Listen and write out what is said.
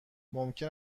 ممکن